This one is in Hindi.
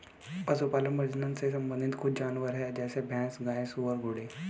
पशुपालन प्रजनन से संबंधित कुछ जानवर है जैसे भैंस, गाय, सुअर, घोड़े